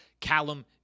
Callum